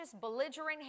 belligerent